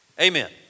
Amen